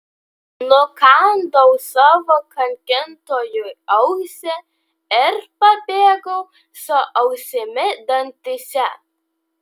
nukandau savo kankintojui ausį ir pabėgau su ausimi dantyse